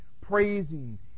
praising